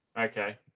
Okay